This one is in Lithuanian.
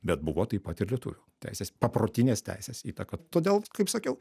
bet buvo taip pat ir lietuvių teisės paprotinės teisės įtaka todėl kaip sakiau